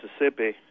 Mississippi